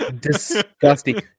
disgusting